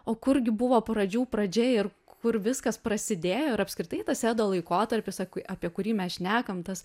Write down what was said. o kurgi buvo pradžių pradžia ir kur viskas prasidėjo ir apskritai tas edo laikotarpis aku apie kurį mes šnekam tas